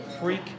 Freak